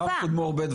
שם קידמו הרבה דברים.